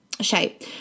shape